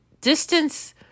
distance